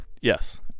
Yes